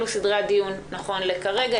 אלה סדרי הדיון נכון לכרגע.